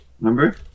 Remember